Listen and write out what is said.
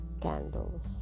Candles